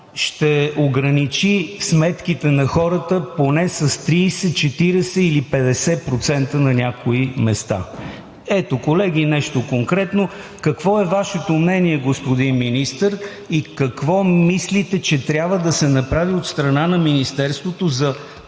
ще ограничи сметките на хората поне с 30, 40 или 50% на някои места. Ето, колеги, нещо конкретно. Какво е Вашето мнение, господин Министър? Какво мислите, че трябва да се направи от страна на Министерството, пак